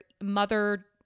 mother